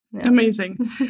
Amazing